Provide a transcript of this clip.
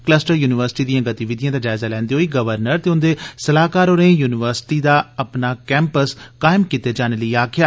cluster university दिएं गतिविधिएं दा जायजा लैंदे होई गवर्नर ते उंदे सलाह्कार होरें युनिवर्सिटी दा अपना कैंपस कायम कीते जाने लेई आखेआ